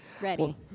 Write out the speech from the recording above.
ready